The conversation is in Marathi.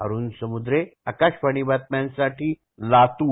अरुण समूद्रे आकाशवाणी बातम्यांसाठी लातूर